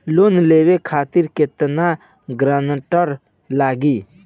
Loan लेवे खातिर केतना ग्रानटर लागी?